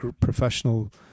professional